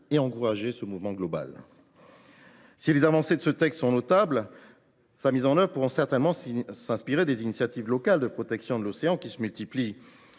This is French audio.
et encourager ce mouvement global. Si les avancées de ce texte sont notables, sa mise en œuvre pourra certainement s’inspirer des initiatives locales de protection de l’océan, qui se multiplient